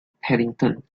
paddington